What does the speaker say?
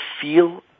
feel